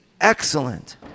excellent